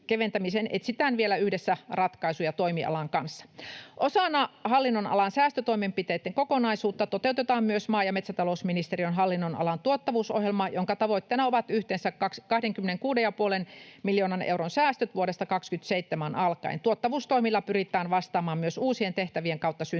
etsitään vielä yhdessä ratkaisuja toimialan kanssa. Osana hallinnonalan säästötoimenpiteitten kokonaisuutta toteutetaan myös maa- ja metsätalousministeriön hallinnonalan tuottavuusohjelmaa, jonka tavoitteena ovat yhteensä 26,5 miljoonan euron säästöt vuodesta 27 alkaen. Tuottavuustoimilla pyritään vastaamaan myös uusien tehtävien kautta syntyviin